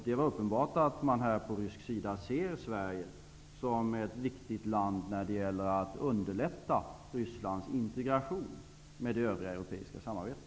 Det var uppenbart att man från Rysslands sida ser Sverige som ett viktigt land när det gäller att underlätta Rysslands integration med det övriga europeiska samarbetet.